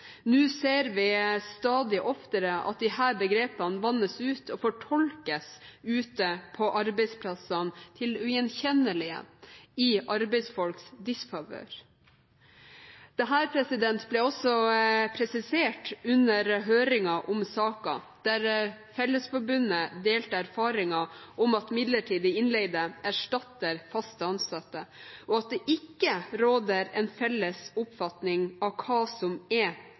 Nå ser vi stadig oftere at disse begrepene vannes ut og fortolkes ute på arbeidsplassene til det ugjenkjennelige, i arbeidsfolks disfavør. Dette ble også presisert under høringen om saken, der Fellesforbundet delte erfaringer om at midlertidig innleide erstatter fast ansatte, og at det ikke råder en felles oppfatning av hva som er